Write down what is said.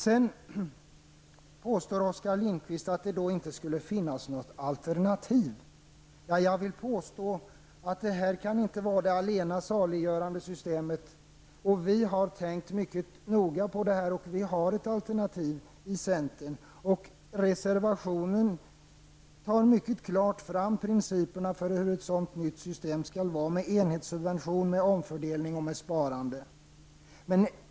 Sedan påstår Oskar Lindkvist att det inte skulle finnas något alternativ. Jag vill påstå att räntelån inte kan vara det allena saliggörande systemet. I centern har vi tänkt mycket noga på det här, och vi har ett alternativ. Reservationen tar mycket klart fram principerna för hur ett sådant nytt system skall se ut -- med enhetssubvention, med omfördelning och med sparande.